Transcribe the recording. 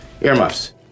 Earmuffs